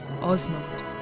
Osmond